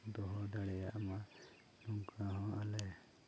ᱫᱚᱦᱚ ᱫᱟᱲᱮᱭᱟᱜ ᱢᱟ ᱱᱚᱝᱠᱟ ᱦᱚᱸ ᱟᱞᱮ